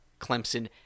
Clemson